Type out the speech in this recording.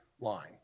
line